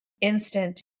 instant